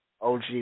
OG